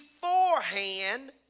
beforehand